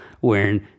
wearing